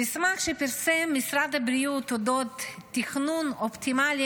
במסמך שפרסם משרד הבריאות על תכנון אופטימלי